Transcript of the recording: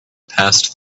passed